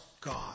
God